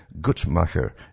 Guttmacher